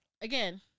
again